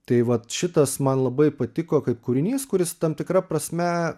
tai vat šitas man labai patiko kaip kūrinys kuris tam tikra prasme